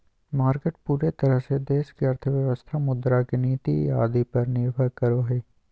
market पूरे तरह से देश की अर्थव्यवस्था मुद्रा के नीति आदि पर निर्भर करो हइ